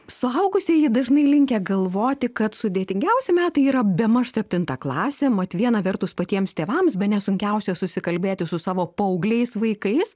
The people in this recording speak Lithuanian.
suaugusieji dažnai linkę galvoti kad sudėtingiausi metai yra bemaž septinta klasė mat viena vertus patiems tėvams bene sunkiausia susikalbėti su savo paaugliais vaikais